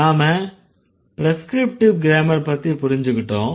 நாம prescriptive grammar பத்தி புரிஞ்சுக்கிட்டோம்